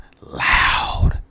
loud